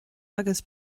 agus